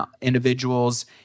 individuals